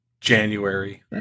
January